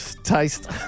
taste